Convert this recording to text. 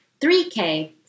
3K